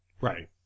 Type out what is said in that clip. right